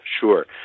sure